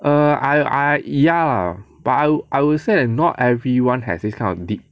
err I I ya but I will I will say not everyone has this kind of deep